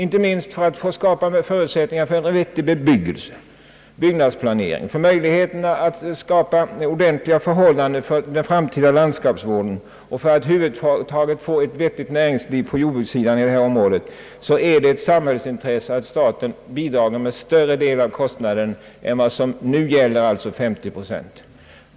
Inte minst för att skapa förutsättningar för en vettig byggnadsplanering och få möjligheter att skapa ordentliga förhållanden för den framtida landskapsvården men också för att över huvud taget få ett ordnat näringsliv på jordbrukssidan i dessa trakter är det ett samhällsintresse att staten bidrar med större del av kostnaderna än som nu med 50 procent.